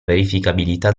verificabilità